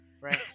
Right